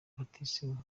batisimu